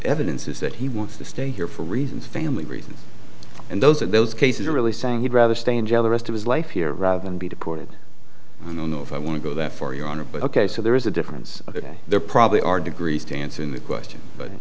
evidence is that he wants to stay here for reasons family reasons and those are those cases are really saying he'd rather stay in jail the rest of his life here rather than be deported i don't know if i want to go there for your honor but ok so there is a difference there probably are degrees to answering the question but